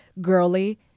girly